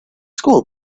school